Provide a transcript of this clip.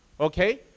Okay